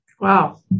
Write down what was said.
Wow